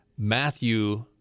Matthew